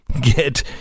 Get